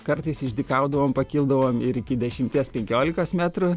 kartais išdykaudavom pakildavom ir iki dešimties penkiolikos metrų